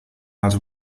els